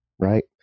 right